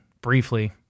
briefly